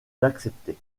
d’accepter